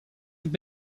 have